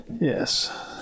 Yes